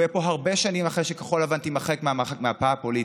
והוא יהיה פה הרבה שנים אחרי שכחול לבן תימחק מהמפה הפוליטית.